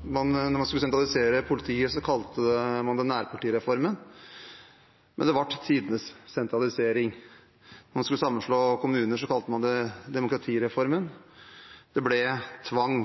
Da man skulle sentralisere politiet, kalte man det nærpolitireformen, men det ble tidenes sentralisering. Da man skulle sammenslå kommuner, kalte man det demokratireformen. Det ble tvang.